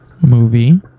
movie